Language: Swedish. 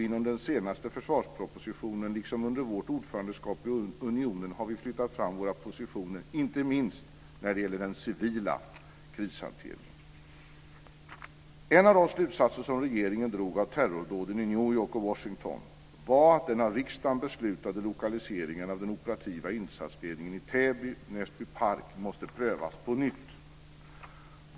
I den senaste försvarspropositionen liksom under Sveriges ordförandeskap i unionen har vi flyttat fram våra positioner inte minst när det gäller den civila krishanteringen. En av de slutsatser som regeringen drog av terrordåden i New York och Washington var att den av riksdagen beslutade lokaliseringen av den operativa insatsledningen i Täby, Näsbypark, måste prövas på nytt.